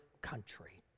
country